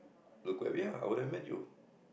look where we are I would'nt have met you